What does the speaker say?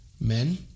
Men